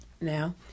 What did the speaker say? now